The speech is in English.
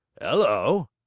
Hello